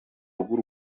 rw’u